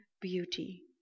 beauty